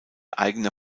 eigener